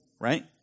Right